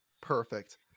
Perfect